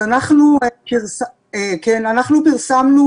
- אנחנו פרסמנו